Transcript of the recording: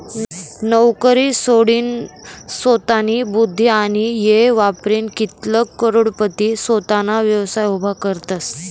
नवकरी सोडीनसोतानी बुध्दी आणि येय वापरीन कित्लाग करोडपती सोताना व्यवसाय उभा करतसं